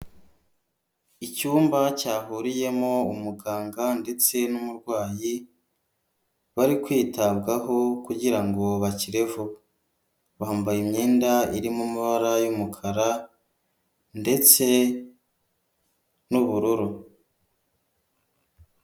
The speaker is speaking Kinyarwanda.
Icyumba cyahuriyemo umuganga ndetse n'umurwayi, bari kwitabwaho kugirango bakire vuba, bambaye imyenda iri mu mabara y'umukara ndetse n'ubururu.